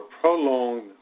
prolonged